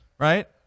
Right